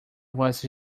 was